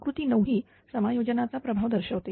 आकृती 9 ही समायोजनाचा प्रभाव दर्शवते